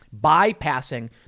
bypassing